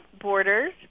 Borders